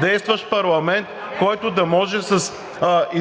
действащ парламент, който да може с редовно